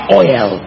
oil